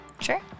Sure